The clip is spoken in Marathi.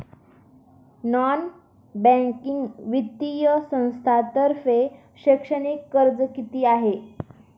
नॉन बँकिंग वित्तीय संस्थांतर्फे शैक्षणिक कर्ज किती आहे?